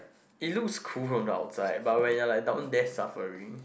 it's looks cool from the outside but when you are like down there suffering